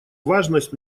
важность